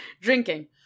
drinking